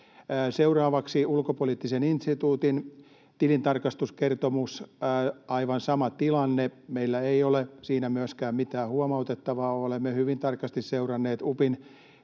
Seuraavaksi Ulkopoliittisen instituutin tilintarkastuskertomus: Aivan sama tilanne — meillä ei ole siinä myöskään mitään huomautettavaa. Olemme hyvin tarkasti seuranneet UPIn